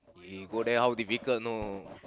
we go there how difficult know